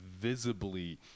visibly